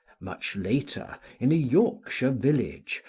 much later, in a yorkshire village,